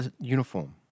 uniform